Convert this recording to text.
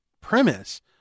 premise